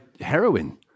heroin